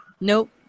Nope